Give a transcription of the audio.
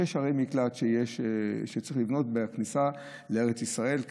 שש ערי מקלט שצריך לבנות בכניסה לארץ ישראל,